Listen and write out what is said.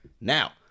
Now